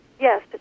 Yes